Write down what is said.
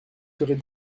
serez